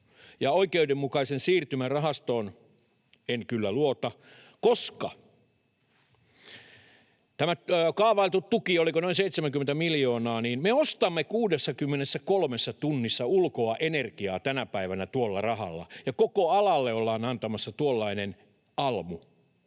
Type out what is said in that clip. ja oikeudenmukaisen siirtymän rahastoon en kyllä luota, koska olikohan tämä kaavailtu tuki noin 70 miljoonaa mutta me ostamme 63 tunnissa ulkoa energiaa tänä päivänä tuolla rahalla, ja koko alalle ollaan antamassa tuollainen almu.